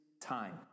time